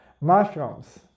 Mushrooms